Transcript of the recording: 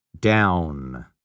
Down